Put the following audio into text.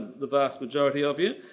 the vast majority of you.